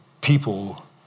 people